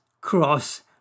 cross